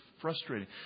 frustrating